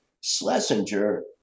Schlesinger